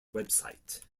website